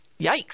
yikes